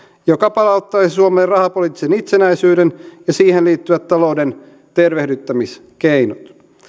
joka palauttaisi suomen rahapoliittisen itsenäisyyden ja siihen liittyvät talouden tervehdyttämiskeinot